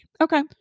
Okay